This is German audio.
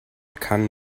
kann